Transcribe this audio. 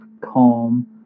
calm